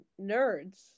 nerds